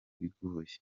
bigoye